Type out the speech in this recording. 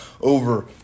over